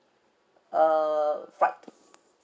uh fried